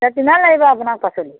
তে কিমান লাগিব আপোনাক পাচলি